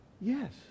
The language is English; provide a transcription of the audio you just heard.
yes